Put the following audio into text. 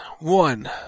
One